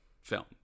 film